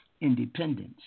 independence